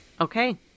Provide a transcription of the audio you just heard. okay